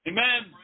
Amen